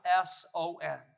S-O-N